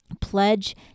pledge